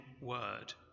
word